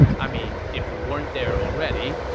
i mean, if we weren't there already.